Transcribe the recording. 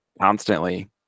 constantly